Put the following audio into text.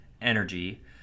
energy